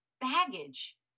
baggage